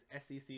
sec